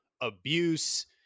abuse